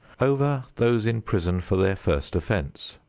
over those in prison for their first offense.